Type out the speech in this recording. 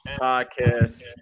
Podcast